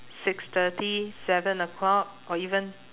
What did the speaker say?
six thirty seven o'clock or even